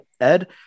Ed